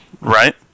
Right